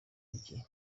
bike